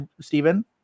Stephen